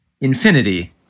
infinity